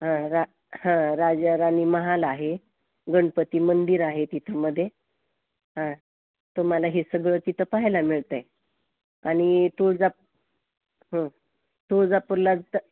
हा रा हं राजाराणी महाल आहे गणपती मंदिर आहे तिथंमध्ये हा तुम्हाला हे सगळं तिथं पाहायला मिळतं आहे आणि तुळजाप हा तुळजापुरला तर